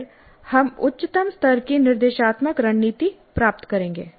फिर हम उच्चतम स्तर की निर्देशात्मक रणनीति प्राप्त करेंगे